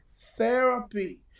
therapy